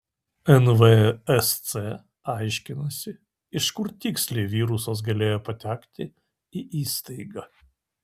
nvsc aiškinasi iš kur tiksliai virusas galėjo patekti į įstaigą